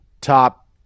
top